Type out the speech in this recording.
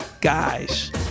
guys